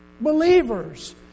believers